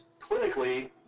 clinically